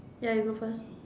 ya you go first